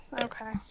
okay